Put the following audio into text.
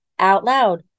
OUTLOUD